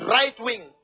right-wing